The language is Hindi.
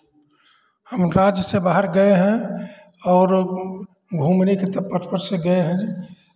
हम कार्य से बाहर गए हैं और घूमने के तो पर्पस से गए हैं